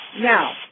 Now